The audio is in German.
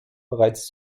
bereits